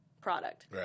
product